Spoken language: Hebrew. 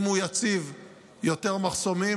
אם הוא יציב יותר מחסומים,